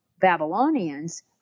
Babylonians